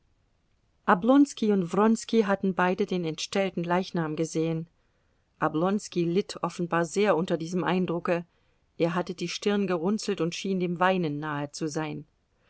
oblonski und wronski hatten beide den entstellten leichnam gesehen oblonski litt offenbar sehr unter diesem eindrucke er hatte die stirn gerunzelt und schien dem weinen nahe zu sein